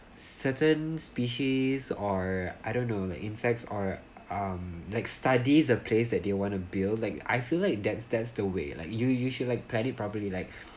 certain species or I don't know the insects are um like study the place that they want to build I feel like that's that's the way like you you should plan it properly like